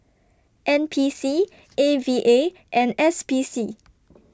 N P C A V A and S P C